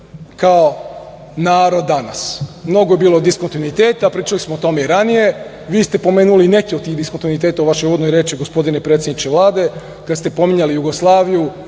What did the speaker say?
kao narod danas. Mnogo je bilo diskontinuiteta. Pričali smo o tome i ranije. Vi ste pomenuli neke od tih diskontinuiteta u vašoj uvodnoj reči, gospodine predsedniče Vlade, kada ste pominjali Jugoslaviju